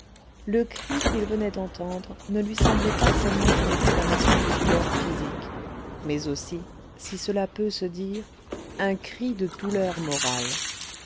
le cri terrible qu'il venait d'entendre ne lui semblait pas seulement une exclamation de douleur physique mais aussi si cela peut se dire un cri de douleur morale